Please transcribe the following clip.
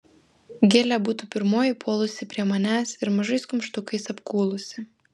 gilė būtų pirmoji puolusi prie manęs ir mažais kumštukais apkūlusi